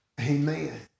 Amen